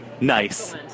Nice